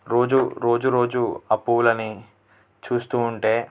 రోజు రోజు రోజు ఆ పూలని చూస్తు ఉంటే